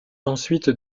ensuite